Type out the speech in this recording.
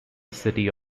city